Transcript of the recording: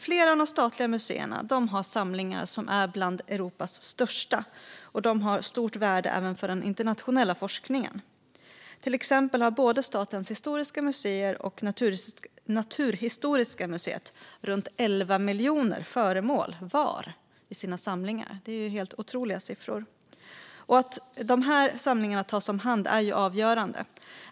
Flera av de statliga museerna har samlingar som är bland Europas största, och de är av stort värde även för den internationella forskningen. Till exempel har både Statens historiska museer och Naturhistoriska riksmuseet runt 11 miljoner föremål var i sina samlingar, vilket är helt otroligt. Att dessa samlingar tas om hand är avgörande.